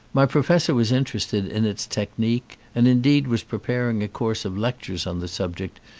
my pro fessor was interested in its technique and indeed was preparing a course of lectures on the subject,